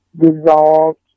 dissolved